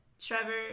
Trevor